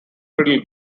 fiddle